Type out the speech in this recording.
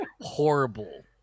horrible